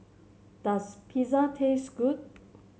does Pizza taste good